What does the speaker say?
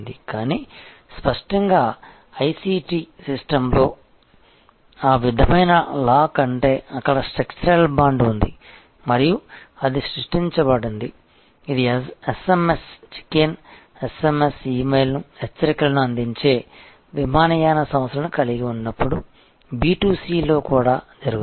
కానీ స్పష్టంగా ICTఐసిటి సిస్టమ్లో ఆ విధమైన లాక్ అంటే అక్కడ స్ట్రక్చరల్ బాండ్ ఉంది మరియు అది సృష్టించబడింది ఇది SMSఎస్ఎమ్ఎస్ చెకిన్ SMS ఇ మెయిల్ హెచ్చరికలను అందించే విమానయాన సంస్థలను కలిగి ఉన్నప్పుడు B2C లో కూడా జరుగుతుంది